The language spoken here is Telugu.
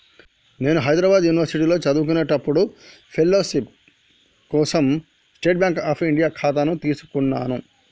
నేను హైద్రాబాద్ యునివర్సిటీలో చదువుకునేప్పుడు ఫెలోషిప్ కోసం స్టేట్ బాంక్ అఫ్ ఇండియా ఖాతాను తీసుకున్నాను